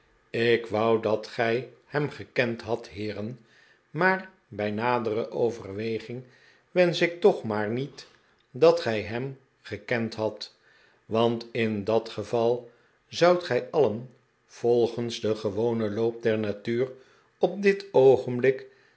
ik wou dat gij hem gekend hadt heeren maar bij nadere oyerweging wensch ik toch maar niet dat gij hem gekend hadt want in dat geval zoudt gij alien volgens den gewonen loop der natuur op dit oogenblik